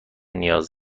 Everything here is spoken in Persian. نیاز